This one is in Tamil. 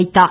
வைத்தார்